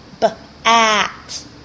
B-at